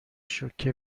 شوکه